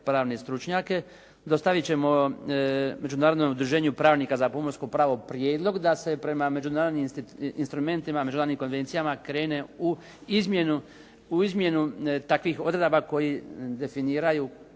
pravne stručnjake dostavit ćemo Međunarodnom udruženju pravnika za pomorsko pravo prijedlog da se prema međunarodnim instrumentima, međunarodnim konvencijama krene u izmjenu takvih odredaba koje definiraju